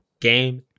game